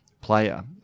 player